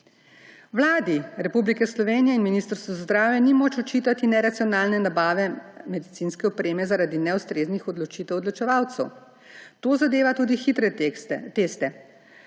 Vladi Republike Slovenije in Ministrstvu za zdravje ni moč očitati neracionalne nabave medicinske opreme zaradi neustreznih odločitev odločevalcev. To zadeva tudi hitre teste.